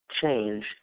change